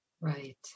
Right